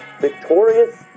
victorious